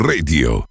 Radio